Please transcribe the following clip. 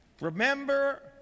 remember